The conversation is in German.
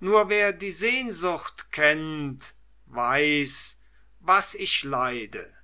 nur wer die sehnsucht kennt weiß was ich leide